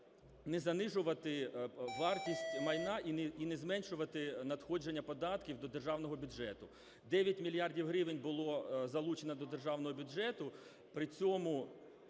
не занижувати вартість майна і не зменшувати надходження податків до державного бюджету. 9 мільярдів гривень було залучено до державного бюджету, при цьому